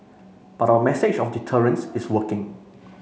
but our message of deterrence is working